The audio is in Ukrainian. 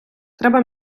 треба